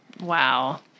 Wow